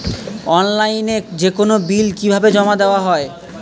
অনলাইনে যেকোনো বিল কিভাবে জমা দেওয়া হয়?